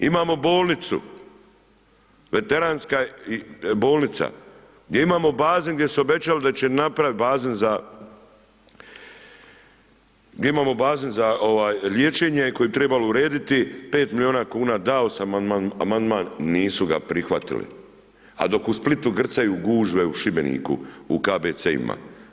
Imamo bolnicu, veteranska bolnica gdje imamo bazen gdje su obećali da će napraviti, gdje imamo bazen za liječenje kojeg bi trebalo urediti 5 milijuna kuna, dao sam amandman, nisu ga prihvatili a dok u Splitu grcaju gužve, u Šibeniku, u KBC-ima.